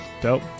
Dope